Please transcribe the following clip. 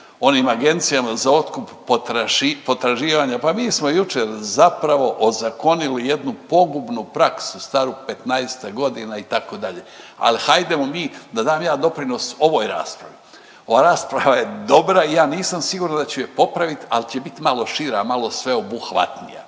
onim agencijama za otkup potraživanja, pa mi smo jučer zapravo ozakonili jednu pogubnu praksu staru 15-ak godina, itd. Ali hajdemo mi da dam ja doprinos ovoj raspravi. Ova rasprava je dobra, ja nisam siguran da ću je popraviti, ali će biti malo šira, malo sveobuhvatnija